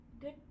good